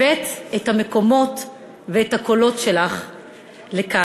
הבאת את המקומות ואת הקולות שלך לכאן.